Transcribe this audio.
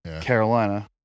carolina